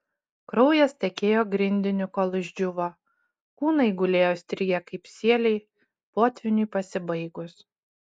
kraujas tekėjo grindiniu kol išdžiūvo kūnai gulėjo įstrigę kaip sieliai potvyniui pasibaigus